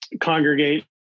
congregate